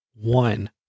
One